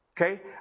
Okay